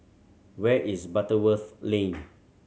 where is Butterworth Lane